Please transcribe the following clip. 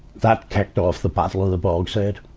that kicked off the battle of the bogside.